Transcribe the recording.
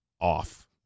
off